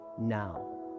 now